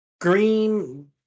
green